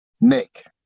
Nick